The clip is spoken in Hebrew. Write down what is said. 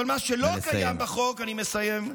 אבל מה שלא קיים בחוק, נא לסיים.